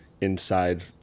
inside